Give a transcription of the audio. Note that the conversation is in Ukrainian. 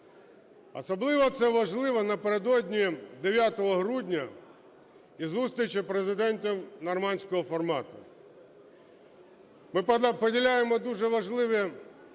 Особливо це важливо напередодні 9 грудня і зустрічі президентів "нормандського формату". Ми поділяємо дуже важливі